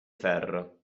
ferro